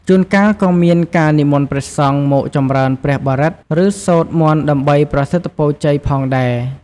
ជួនកាលក៏មានការនិមន្តព្រះសង្ឃមកចំរើនព្រះបរិត្ត ឬសូត្រមន្តដើម្បីប្រសិទ្ធពរជ័យផងដែរ។